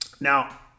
now